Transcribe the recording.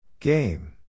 Game